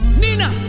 Nina